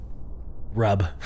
rub